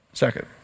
Second